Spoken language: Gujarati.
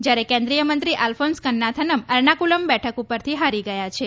જયારે કેન્દ્રિયમંત્રી અલ્ફોન્લ કન્નાથનમ એન્ક્કલમ બેઠક પરથી હારી ગયા છે